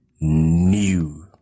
new